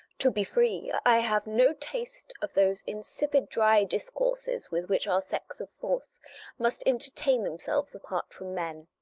to be free, i have no taste of those insipid dry discourses with which our sex of force must entertain themselves apart from men.